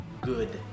good